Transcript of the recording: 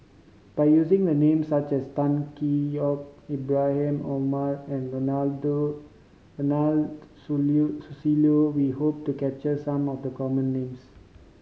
by using the names such as Tan Hwee Yock Ibrahim Omar and Ronald Susilo we hope to capture some of the common names